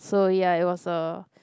so ya it was a